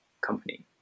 company